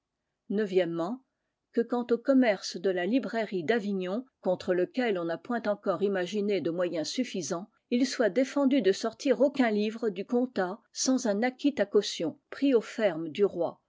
que quant au commerce de la librairie d'avignon contre lequel on n'a point encore imaginé de moyens suffisants il soit défendu de sortir aucuns livres du comtat sans un acquit à caution pris aux fermes du roi